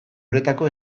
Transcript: uretako